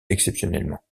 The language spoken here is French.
exceptionnellement